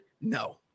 No